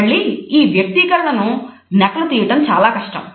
మళ్లీ ఈ వ్యక్తీకరణను నకలు తీయటం చాలా కష్టం